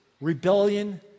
rebellion